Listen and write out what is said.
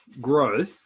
Growth